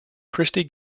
christy